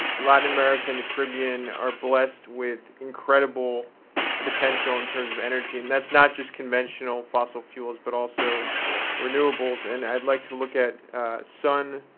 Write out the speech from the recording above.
latin america and the caribbean are blessed with incredible potential in terms of energy. and that's not just conventional fossil fuels, but also renewables. and i'd like to look at sun,